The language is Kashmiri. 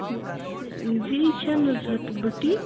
جی یہِ چھا نُزہت بُٹیٖک